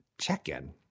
check-in